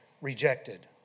rejected